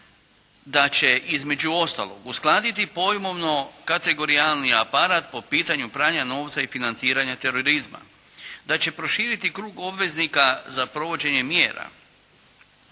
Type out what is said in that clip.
da će, između ostalog uskladiti pojmovno kategorijalni aparat po pitanju pranja novca i financiranja terorizma, da će proširiti krug obveznika za provođenje mjera,